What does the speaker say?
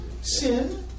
Sin